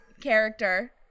character